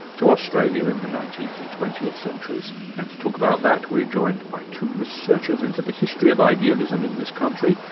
to australia in the nineteenth and twentieth centuries. and to talk about that we're joined by researchers into the history of idealism in this country,